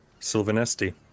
Sylvanesti